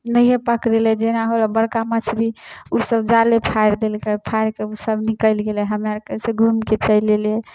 नहिए पकड़ेलै जेना हौअऽ बड़का मछली ओसब जाले फाड़ि देलकै तऽ फाड़िकऽ ओसब निकलि गेलै हम्मे आर फिरसे घूमिके चलि एलियै